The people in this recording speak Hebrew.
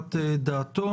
חוות דעתו,